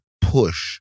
push